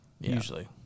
usually